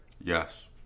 Yes